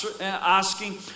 asking